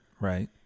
Right